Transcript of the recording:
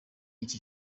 iki